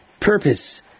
purpose